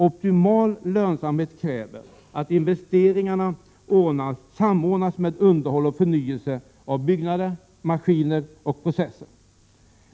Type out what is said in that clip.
Optimal lönsamhet kräver att energiinvesteringar samordnas med underhåll och förnyelse av byggnader, maskiner och processer.